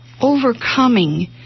overcoming